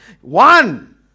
One